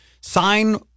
Sign